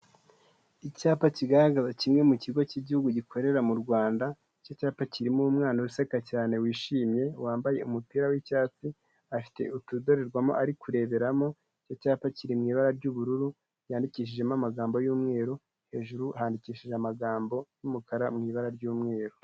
Icyapa kigaragaza kimwe mu kigo cy'igihugu gikorera mu Rwanda, iki cyapa kirimo umwana useka cyane wishimye wambaye umupira w'icyatsi, afite utudorerwamo ari kureberamo, icyo cyapa kiri mu ibara ry'ubururu, ryandikishijemo amagambo y'umweru, hejuru ahandikishije amagambo y'umukara mu ibara ry'umweru.